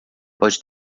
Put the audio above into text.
pode